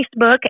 Facebook